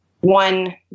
one